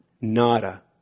nada